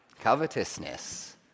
Covetousness